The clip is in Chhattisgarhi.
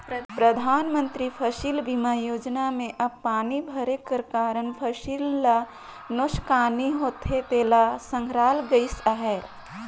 परधानमंतरी फसिल बीमा योजना में अब पानी भरे कर कारन फसिल ल नोसकानी होथे तेला संघराल गइस अहे